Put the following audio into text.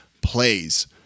plays